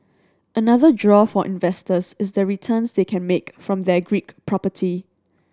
another draw for investors is the returns they can make from their Greek property